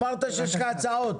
אמרת שיש לך הצעות.